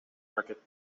аракет